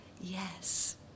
yes